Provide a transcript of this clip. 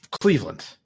Cleveland